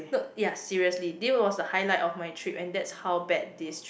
look ya seriously this was the highlight of my trip and that's how bad this trip